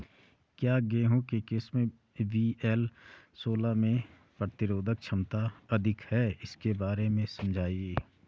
क्या गेहूँ की किस्म वी.एल सोलह में प्रतिरोधक क्षमता अधिक है इसके बारे में समझाइये?